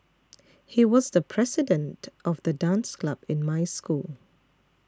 he was the president of the dance club in my school